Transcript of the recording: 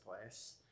place